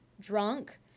drunk